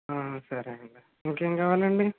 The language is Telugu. సరే అండి ఇంకేం కావాలండి